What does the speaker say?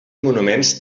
monuments